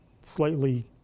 slightly